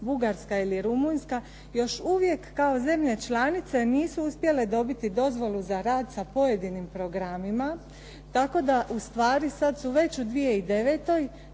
Bugarska i Rumunjska još uvijek kao zemlje članice nisu uspjele dobiti dozvolu za rad sa pojedinim programima, tako da u stvari sad su već u 2009.